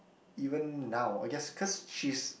even now I guess cause she's